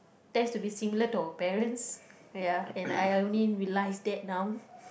that's to be similar to our parents ya and I I only realise that now